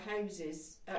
houses